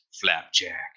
Flapjack